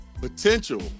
potential